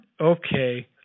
okay